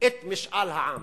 את משאל העם?